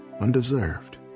undeserved